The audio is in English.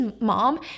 mom